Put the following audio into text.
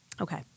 Okay